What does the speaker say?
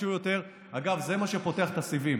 אגב, זה מה שפותח את הסיבים.